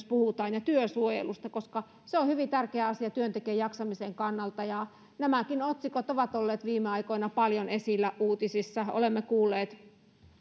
puhutaan koska se on hyvin tärkeä asia työntekijän jaksamisen kannalta tähänkin liittyvät otsikot ovat olleet viime aikoina paljon esillä uutisissa olemme kuulleet